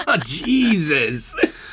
Jesus